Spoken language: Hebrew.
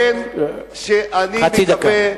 חצי דקה.